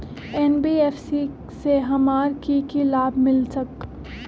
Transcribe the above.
NBFC से हमार की की लाभ मिल सक?